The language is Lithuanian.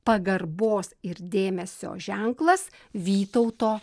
pagarbos ir dėmesio ženklas vytauto